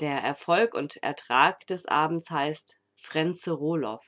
der erfolg und ertrag des abends heißt fränze roloff